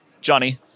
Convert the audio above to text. Johnny